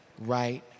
right